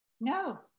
no